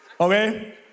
Okay